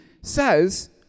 says